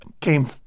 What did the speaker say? came